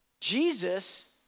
Jesus